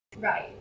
right